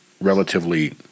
relatively